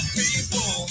people